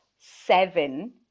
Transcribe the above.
seven